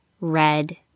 red